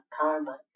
karma